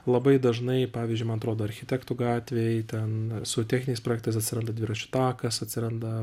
labai dažnai pavyzdžiui man atrodo architektų gatvėj ten su techniniais projektais atsiranda dviračių takas atsiranda